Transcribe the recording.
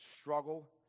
struggle